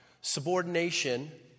Subordination